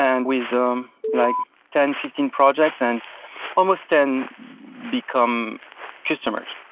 and with ah um like ten, fifteen projects, and almost then become customers.